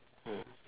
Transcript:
mm